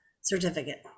certificate